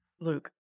luke